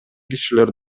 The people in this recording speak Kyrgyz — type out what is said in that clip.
кишилер